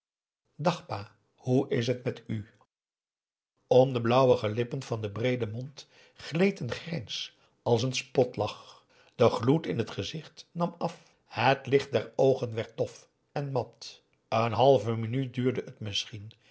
dag pa hoe is het met u om de blauwige lippen van den breeden mond gleed een grijns als n spotlach de gloed in het gezicht nam af het licht der oogen werd dof en mat een halve minuut duurde het misschien